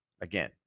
again